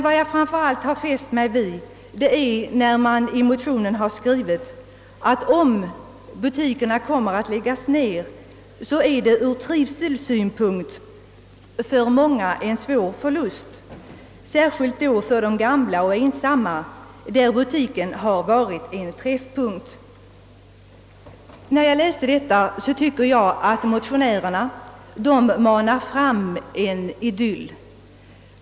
Vad jag framför allt har fäst mig vid är att man i motionerna har skrivit, att om butiker läggs ned är detta ur trivselsynpunkt för många en svår förlust, särskilt för de gamla och ensamma, för vilka butiken har varit en träffpunkt. När jag läser detta tycker jag att motionärerna manar fram en idyll från gångna tider.